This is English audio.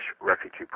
refugee